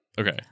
Okay